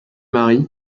mari